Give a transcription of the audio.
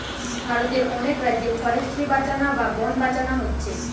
ভারতের অনেক রাজ্যে ফরেস্ট্রি বাঁচানা বা বন বাঁচানা হচ্ছে